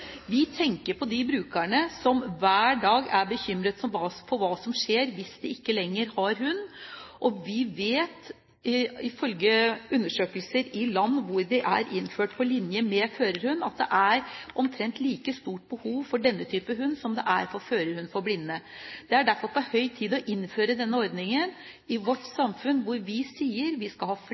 Vi tenker på de brukerne som hver dag er bekymret for hva som skjer hvis de ikke lenger har hund. Vi vet, ifølge undersøkelser i land hvor dette er innført på linje med førerhundordninger, at det er omtrent like stort behov for denne type hund som det er for førerhund for blinde. Det er derfor på høy tid å innføre denne ordningen i vårt samfunn hvor vi sier at vi skal ha flere